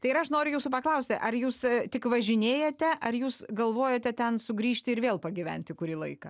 tai ir aš noriu jūsų paklausti ar jūs tik važinėjate ar jūs galvojate ten sugrįžti ir vėl pagyventi kurį laiką